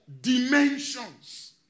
dimensions